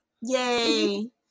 Yay